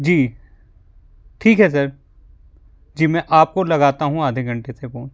जी ठीक है सर जी मैं आपको लगाता हूँ आधे घंटे से फोन